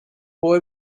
boy